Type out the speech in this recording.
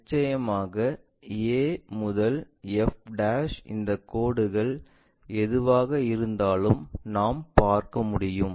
நிச்சயமாக a to f இந்த கோடு எதுவாக இருந்தாலும் நாம் பார்க்க முடியும்